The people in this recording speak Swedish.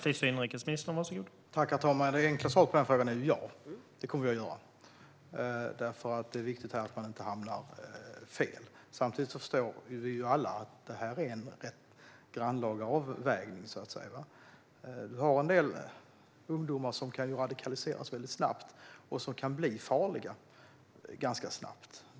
Herr talman! Det enkla svaret på den frågan är ja. Det kommer vi att göra, för här är det viktigt att man inte hamnar fel. Samtidigt förstår vi alla att detta är en grannlaga avvägning. Det finns en del ungdomar som kan radikaliseras och bli farliga väldigt snabbt.